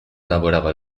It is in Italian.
lavorava